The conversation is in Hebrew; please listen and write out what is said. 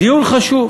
דיון חשוב,